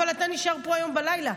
אבל אתה נשאר פה היום בלילה.